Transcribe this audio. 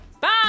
Bye